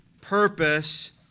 purpose